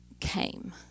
came